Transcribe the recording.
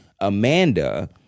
amanda